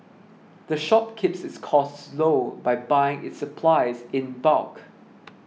the shop keeps its costs low by buying its supplies in bulk